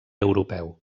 europeu